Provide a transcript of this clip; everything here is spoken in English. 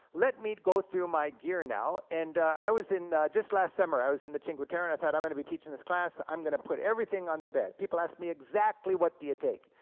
let me go through my gear now. and i was in, just last summer i was in the cinque terre, and i thought, i'm going to be teaching this class, i'm going to put everything on the bed, people ask me, exactly what do you take?